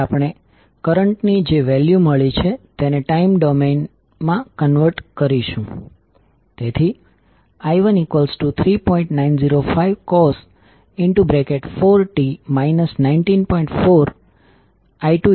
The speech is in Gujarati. તેથી અહીં કરંટ i1અંદર જઈ રહ્યો છે તમે ફ્લક્સ 12મેળવો છો જે કોઇલ 2 સાથે ઘડિયાળની દિશામાં જોડાયેલ છે